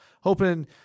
hoping